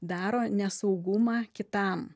daro nesaugumą kitam